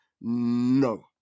No